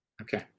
okay